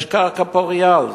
יש קרקע פורייה לזה.